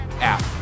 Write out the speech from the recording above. app